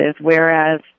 whereas